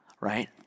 right